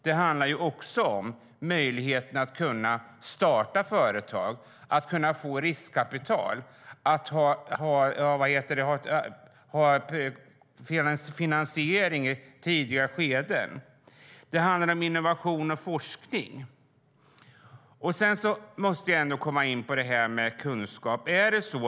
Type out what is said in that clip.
Det handlar också om möjligheterna att starta företag, att få riskkapital, få en finansiering i ett tidigt skede. Det handlar om innovation och forskning. Jag måste komma in på frågan om kunskap.